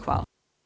Hvala.